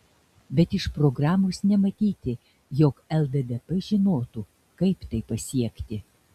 bet iš programos nematyti jog lddp žinotų kaip tai pasiekti